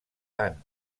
tant